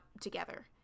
together